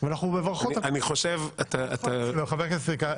אבל אני חושב שעצם זה שהמשכן,